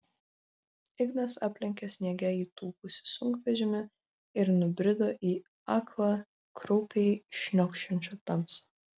ignas aplenkė sniege įtūpusį sunkvežimį ir nubrido į aklą kraupiai šniokščiančią tamsą